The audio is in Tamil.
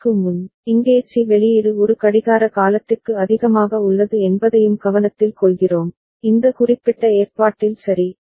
அதற்கு முன் இங்கே சி வெளியீடு ஒரு கடிகார காலத்திற்கு அதிகமாக உள்ளது என்பதையும் கவனத்தில் கொள்கிறோம் இந்த குறிப்பிட்ட ஏற்பாட்டில் சரி